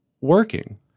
working